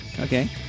Okay